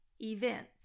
event